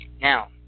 now